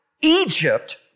Egypt